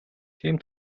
тийм